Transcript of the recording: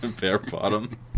Bare-bottom